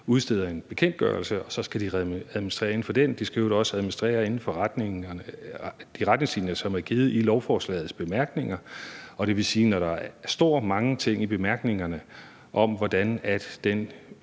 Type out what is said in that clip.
udsteder en bekendtgørelse, og så skal de administrere inden for den. De skal i øvrigt også administrere inden for de retningslinjer, som er givet i lovforslagets bemærkninger. Det vil sige, at når der står mange ting i bemærkningerne om, hvordan den